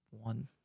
One